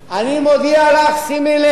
אני מודיע לך: שימי לב,